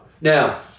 Now